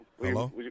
Hello